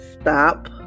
Stop